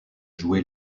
jouer